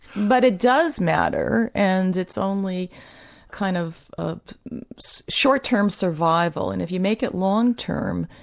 but it does matter and it's only kind of of short-term survival, and if you make it long-term,